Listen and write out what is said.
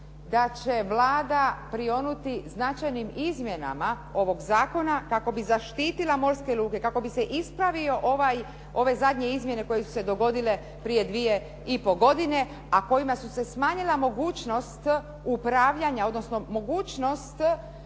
da će Vlada prionuti značajnim izmjenama ovog zakona kako bi zaštitila morske luke, kako bi se ispravile ove zadnje izmjene koje su se dogodile prije dvije i pol godine, a kojima su se smanjila mogućnost upravljanja, odnosno mogućnost